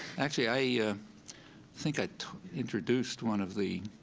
actually, i yeah think i introduced one of the